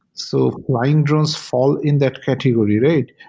so flying drones fall in that category rate.